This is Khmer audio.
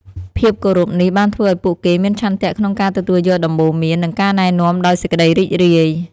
ភាពគោរពនេះបានធ្វើឱ្យពួកគេមានឆន្ទៈក្នុងការទទួលយកដំបូន្មាន និងការណែនាំដោយសេចក្តីរីករាយ។